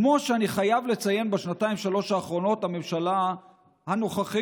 ואני חייב לציין שבשנתיים-שלוש האחרונות הממשלה הנוכחית,